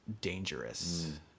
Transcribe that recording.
dangerous